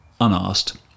unasked